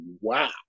wow